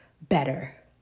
better